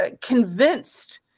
convinced